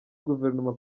guverinoma